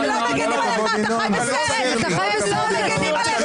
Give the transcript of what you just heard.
אני --- בואי תסבירי, אולי נפטר אותה...